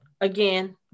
again